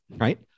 right